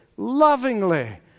lovingly